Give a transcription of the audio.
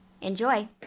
Enjoy